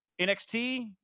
NXT